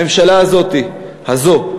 הממשלה הזו,